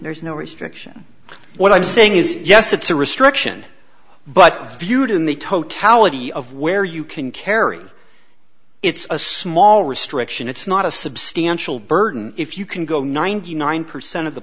there's no restriction what i'm saying is yes it's a restriction but viewed in the totality of where you can carry it's a small restriction it's not a substantial burden if you can go ninety nine percent of the